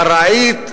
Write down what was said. ארעית,